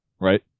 right